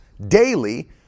Daily